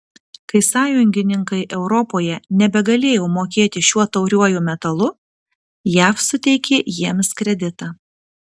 kai sąjungininkai europoje nebegalėjo mokėti šiuo tauriuoju metalu jav suteikė jiems kreditą